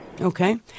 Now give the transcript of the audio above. Okay